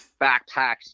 backpacks